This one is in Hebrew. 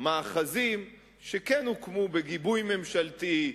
מאחזים שכן הוקמו בגיבוי ממשלתי,